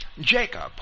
Jacob